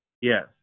Yes